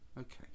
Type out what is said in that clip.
Okay